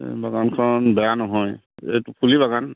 বাগানখন বেয়া নহয় এইটো কুলি বাগান